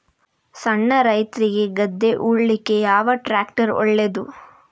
ಸಣ್ಣ ರೈತ್ರಿಗೆ ಗದ್ದೆ ಉಳ್ಳಿಕೆ ಯಾವ ಟ್ರ್ಯಾಕ್ಟರ್ ಒಳ್ಳೆದು?